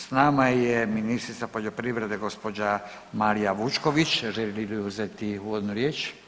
S nama je ministrica poljoprivrede gđa. Marija Vučković, želi li uzeti uvodnu riječ?